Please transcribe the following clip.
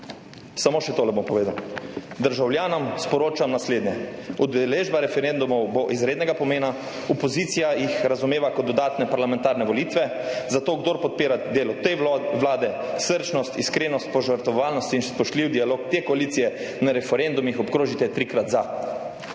Samo še tole bom povedal. Državljanom sporočam naslednje. Udeležba na referendumih bo izrednega pomena. Opozicija jih razumeva kot dodatne parlamentarne volitve, zato naj, kdor podpira delo te vlade, srčnost, iskrenost, požrtvovalnost in spoštljiv dialog te koalicije, na referendumih obkroži trikrat za.